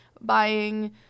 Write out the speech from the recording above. buying